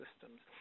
systems